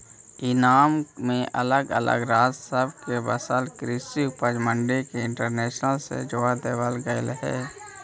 ईनाम में अलग अलग राज्य सब में बसल कृषि उपज मंडी के इंटरनेट से जोड़ देबल गेलई हे